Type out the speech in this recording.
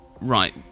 right